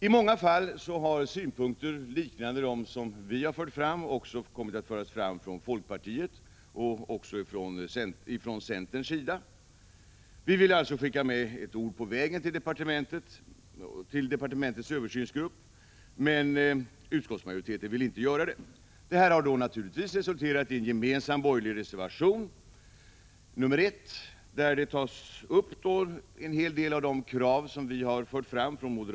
I många fall har synpunkter liknande dem som vi har fört fram också förts fram av folkpartiet och även av centern. Vi vill alltså skicka med ett ord på vägen till departementets översynsgrupp, men detta vill utskottsmajoriteten inte göra. Det här har naturligtvis resulterat i en gemensam borgerlig reservation, nr 1, där en hel del av de krav som vi från moderat sida har fört fram tas upp.